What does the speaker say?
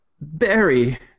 Barry